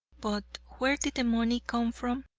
but where did the money come from?